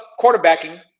quarterbacking